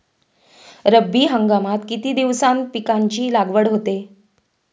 रब्बी हंगामात किती दिवसांत पिकांची लागवड होते?